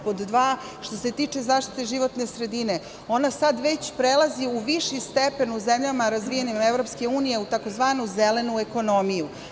Pod dva, što se tiče zaštite životne sredine, ona sad već prelazi u viši stepen u zemljama razvijenim EU, u tzv. „zelenu ekonomiju“